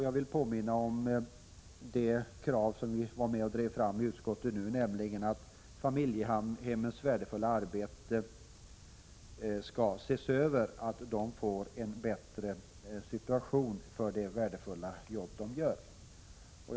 Jag vill påminna om det krav som vi var med om att driva fram iutskottet nu, nämligen att familjedaghemmens situation skall ses över så att de som utför detta värdefulla arbete kan få en förbättring.